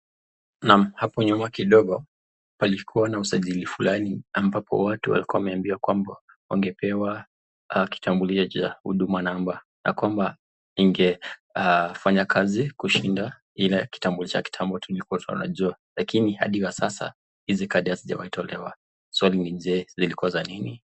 Naam, hapo nyuma kidogo, palikuwa na usajili fulani, ambapo watu walikuwa wameambiwa kwamba wangepewa kitambulisho cha huduma namba na kwamba ingefanya kazi kushinda ile kitambulisho cha kitambo tuliwa tunajua lakini hadi wa sasa, hizo kadi hazijawahi tolewa. Swali ni je, zilikuwa za nini?